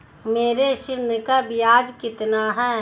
मेरे ऋण का ब्याज कितना है?